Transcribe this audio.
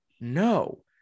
No